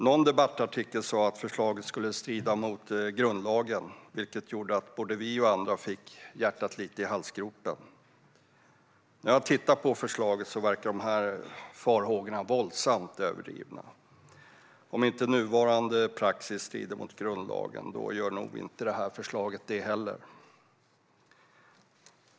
Någon debattartikel sa att förslaget skulle strida mot grundlagen, vilket gjorde att både vi och andra fick hjärtat i halsgropen. Men när jag tittade på förslaget såg jag att de här farhågorna verkade våldsamt överdrivna. Om inte nuvarande praxis strider mot grundlagen gör nog inte det här förslaget det heller.